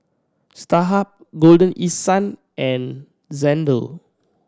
Starhub Golden East Sun and Xndo